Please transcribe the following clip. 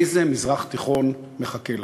איזה מזרח-תיכון מחכה להם.